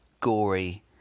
gory